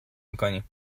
میکنیم